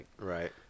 Right